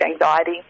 anxiety